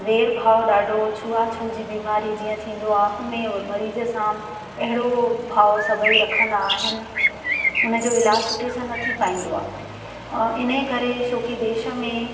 वेर भाव ॾाढो छुआछुत जी बीमारी जीअं थींदो आहे उहे मरीज सां अहिड़ो भाव सभई रखंदा आहिनि उन जो इलाजु सुठे सां न थी पाईंदो आहे ऐं इन करे छो की देश में